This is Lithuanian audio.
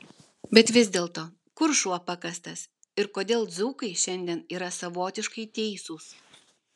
bet vis dėlto kur šuo pakastas ir kodėl dzūkai šiandien yra savotiškai teisūs